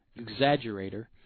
exaggerator